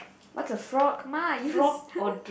what's a frock ma use